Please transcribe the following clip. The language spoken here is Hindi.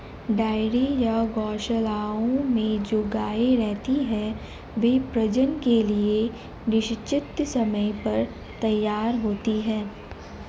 डेयरी या गोशालाओं में जो गायें रहती हैं, वे प्रजनन के लिए निश्चित समय पर तैयार होती हैं